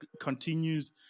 continues